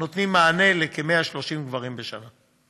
הנותנים מענה לכ-130 גברים בשנה.